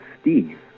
Steve